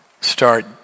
start